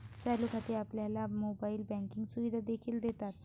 चालू खाती आपल्याला मोबाइल बँकिंग सुविधा देखील देतात